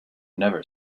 never